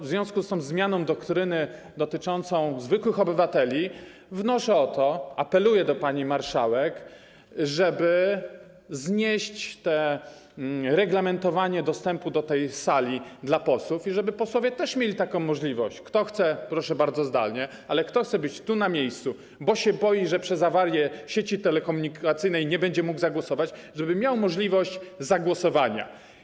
W związku z tą zmianą doktryny dotyczącą zwykłych obywateli wnoszę o to, apeluję do pani marszałek, żeby znieść reglamentowanie dostępu do tej sali i żeby posłowie też mieli taką możliwość: kto chce, proszę bardzo, zdalnie, ale kto chce być tu, na miejscu, bo się boi, że przez awarię sieci telekomunikacyjnej nie będzie mógł zagłosować, żeby miał możliwość zagłosowania.